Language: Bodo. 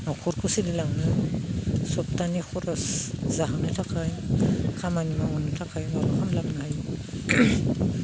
न'खरखौ सोलिलांनो सप्ताहनि खरस जाहोनो थाखाय खामानि मावनो थाखाय माबाफोर लाबनो हायो